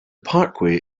parkway